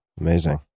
Amazing